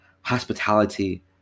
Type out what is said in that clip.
hospitality